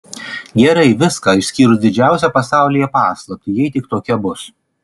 gerai viską išskyrus didžiausią pasaulyje paslaptį jei tik tokia bus